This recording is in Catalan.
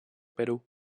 perú